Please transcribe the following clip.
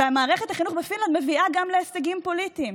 מערכת החינוך בפינלנד מביאה גם להישגים פוליטיים.